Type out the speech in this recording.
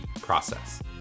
process